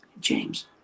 James